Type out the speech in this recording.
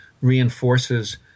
reinforces